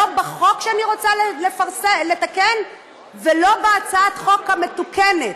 לא בחוק שאני רוצה לתקן ולא בהצעת החוק המתוקנת.